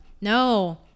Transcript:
No